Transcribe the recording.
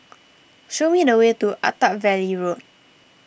show me the way to Attap Valley Road